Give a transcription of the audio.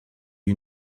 you